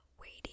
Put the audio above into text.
waiting